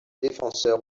défenseur